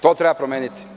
To treba promeniti.